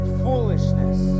foolishness